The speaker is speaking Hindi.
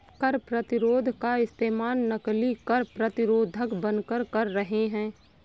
कर प्रतिरोध का इस्तेमाल नकली कर प्रतिरोधक बनकर कर रहे हैं